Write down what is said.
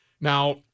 now